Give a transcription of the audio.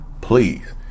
please